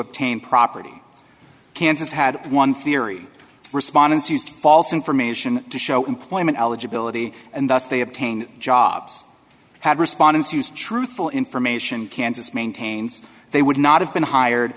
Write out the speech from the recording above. obtain property kansas had one theory respondents used false information to show employment eligibility and thus they obtained jobs had respondents use truthful information kansas maintains they would not have been hired